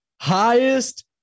highest